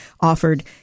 offered